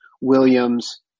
Williams